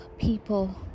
people